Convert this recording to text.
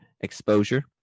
exposure